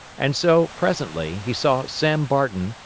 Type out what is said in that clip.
and so, presently, he saw sam barton,